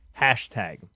Hashtag